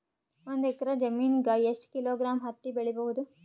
ಒಂದ್ ಎಕ್ಕರ ಜಮೀನಗ ಎಷ್ಟು ಕಿಲೋಗ್ರಾಂ ಹತ್ತಿ ಬೆಳಿ ಬಹುದು?